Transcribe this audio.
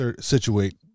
situate